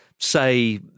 Say